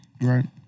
Right